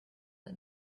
let